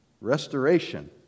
restoration